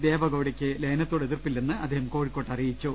ദേവഗൌഡക്ക് ലയനത്തോട് എതിർപ്പില്ലെന്ന് അദ്ദേഹം കോഴിക്കോട്ട് പറഞ്ഞു